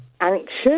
anxious